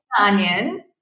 onion